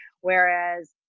Whereas